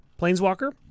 Planeswalker